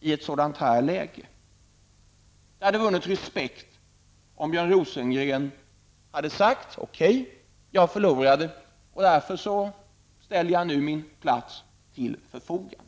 Det hade vunnit respekt om Björn Rosengren hade sagt: Okej, jag förlorade och därför ställer jag nu min plats till förfogande.